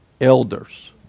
elders